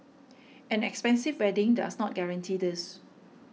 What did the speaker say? an expensive wedding does not guarantee this